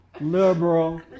liberal